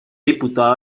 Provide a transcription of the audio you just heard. diputado